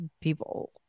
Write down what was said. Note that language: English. people